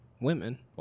women